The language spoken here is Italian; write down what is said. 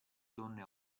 donne